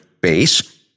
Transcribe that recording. base